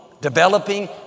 developing